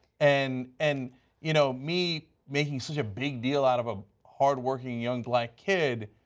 and and you know me making such a big deal out of a hard-working young like kid,